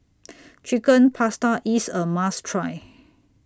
Chicken Pasta IS A must Try